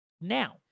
Now